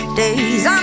days